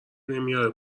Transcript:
نمیاره